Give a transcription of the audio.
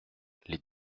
les